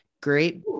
Great